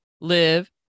live